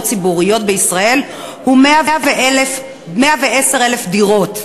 ציבוריות בישראל הוא 110,000 דירות.